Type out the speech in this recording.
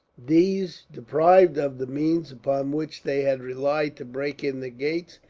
these, deprived of the means upon which they had relied to break in the gates,